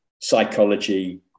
Psychology